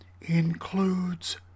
includes